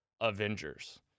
avengers